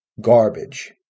garbage